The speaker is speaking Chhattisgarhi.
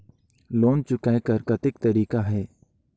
लोन चुकाय कर कतेक तरीका है?